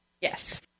Yes